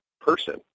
person